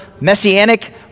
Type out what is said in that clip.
messianic